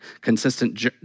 consistent